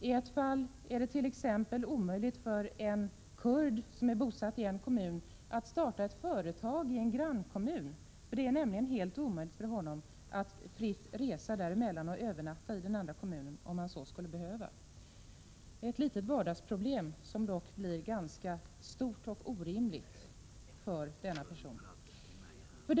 I ett fall är det t.ex. omöjligt för en kurd som är bosatt i en kommun att starta ett företag i en grannkommun. Det är nämligen helt omöjligt för honom att fritt resa mellan kommunerna. Han får inte heller övernatta i den andra kommunen, om han så skulle behöva. Det här var en beskrivning av ett litet vardagligt problem, som dock kan bli ganska stort och skapa en orimlig situation för den person det gäller.